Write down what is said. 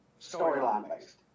storyline-based